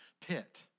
pit